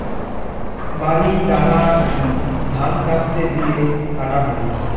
বাড়ি ডাঙা থাকি ধান কাস্তে দিয়ে কাটা হই